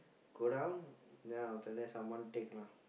go down then after that someone take lah